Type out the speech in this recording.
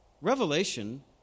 Revelation